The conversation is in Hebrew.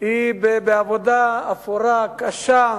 היא בעבודה אפורה, קשה,